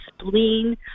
spleen